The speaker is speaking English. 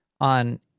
on